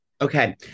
Okay